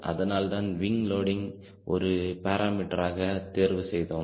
அதனால்தான் wing loading ஒரு பேராமீட்டராக தேர்வு செய்தோம்